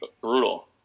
brutal